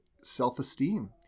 self-esteem